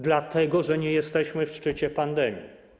Dlatego że nie jesteśmy w szczycie pandemii.